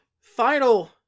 Final